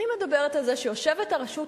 אני מדברת על זה שיושבת הרשות השנייה,